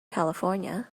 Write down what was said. california